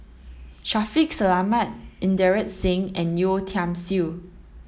Shaffiq Selamat Inderjit Singh and Yeo Tiam Siew